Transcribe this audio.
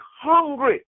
hungry